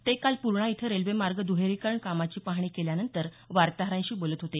ते काल पूर्णा इथं रेल्वे मार्ग दहेरीकरण कामाची पाहणी केल्यानंतर वार्ताहरांशी बोलत होते